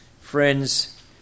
Friends